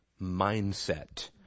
mindset